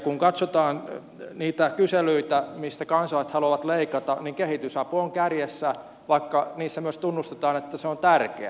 kun katsotaan niitä kyselyitä mistä kansalaiset haluavat leikata niin kehitysapu on kärjessä vaikka kyselyissä myös tunnustetaan että se on tärkeä